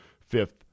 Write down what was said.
fifth